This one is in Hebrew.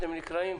דקות.